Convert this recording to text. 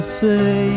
say